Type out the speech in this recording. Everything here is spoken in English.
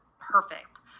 perfect